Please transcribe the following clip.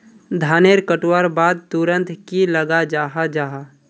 धानेर कटवार बाद तुरंत की लगा जाहा जाहा?